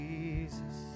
Jesus